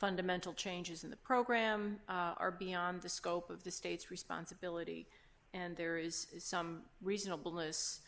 fundamental changes in the program are beyond the scope of the state's responsibility and there is some reasonableness